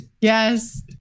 Yes